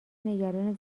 نگران